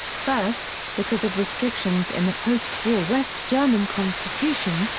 first, because of restrictions in the post-war west german constitution,